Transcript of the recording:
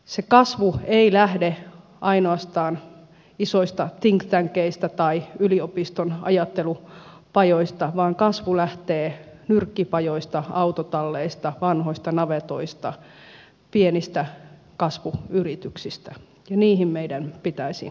se kasvu ei lähde ainoastaan isoista think tankeista tai yliopiston ajattelupajoista vaan kasvu lähtee nyrkkipajoista autotalleista vanhoista navetoista pienistä kasvuyrityksistä ja niihin meidän pitäisi panostaa